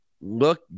look